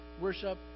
worship